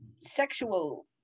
sexual